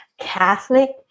Catholic